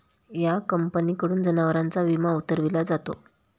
या कंपनीकडून जनावरांचा विमा उतरविला जातो